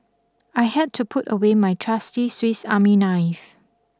I had to put away my trusty Swiss Army knife